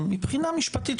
הרמתי טלפונים,